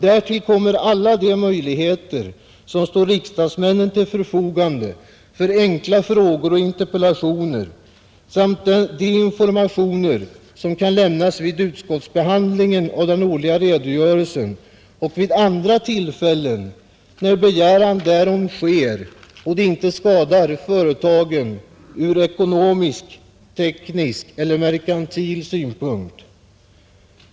Därtill kommer alla de möjligheter som står riksdagsmännen till förfogande för enkla frågor och interpellationer samt de informationer som kan lämnas vid utskottsbehandlingen av den årliga redogörelsen liksom vid andra tillfällen när begäran härom sker och det inte skadar företagen ur ekonomisk, teknisk eller merkantil synpunkt.